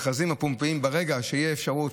ברגע שתהיה אפשרות,